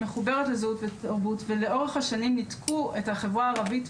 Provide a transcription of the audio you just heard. מחוברת לזהות ותרבות ולאורך השנים ניתקו את החברה הערבית,